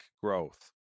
growth